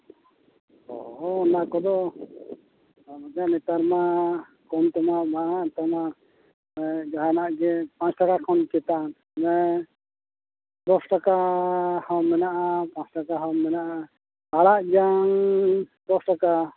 ᱚ ᱚᱱᱟ ᱠᱚᱫᱚ ᱱᱚᱜᱼᱚ ᱱᱚᱠᱟ ᱱᱮᱛᱟᱨ ᱢᱟ ᱠᱚᱢ ᱛᱮᱢᱟ ᱵᱟᱝ ᱠᱚᱢᱟ ᱮᱫ ᱡᱟᱦᱟᱱᱟᱜ ᱜᱮ ᱯᱟᱸᱪᱴᱟᱠᱟ ᱠᱷᱚᱱ ᱪᱮᱛᱟᱱ ᱚᱱᱮ ᱫᱚᱥ ᱴᱟᱠᱟ ᱦᱚᱸ ᱢᱮᱱᱟᱜᱼᱟ ᱯᱟᱸᱪ ᱴᱟᱠᱟ ᱦᱚᱸ ᱢᱮᱱᱟᱜᱼᱟ ᱟᱲᱟᱜ ᱡᱟᱝ ᱫᱚᱥ ᱴᱟᱠᱟ